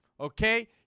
Okay